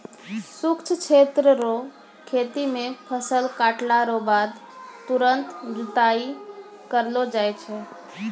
शुष्क क्षेत्र रो खेती मे फसल काटला रो बाद तुरंत जुताई करलो जाय छै